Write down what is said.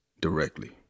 directly